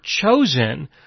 chosen